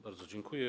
Bardzo dziękuję.